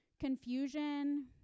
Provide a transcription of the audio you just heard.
confusion